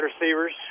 receivers